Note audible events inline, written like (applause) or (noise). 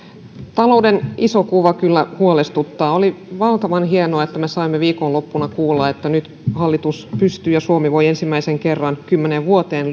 talouden iso kuva kyllä huolestuttaa oli valtavan hienoa että me saimme viikonloppuna kuulla että nyt hallitus pystyy ja suomi voi ensimmäisen kerran kymmeneen vuoteen (unintelligible)